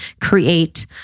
create